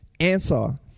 answer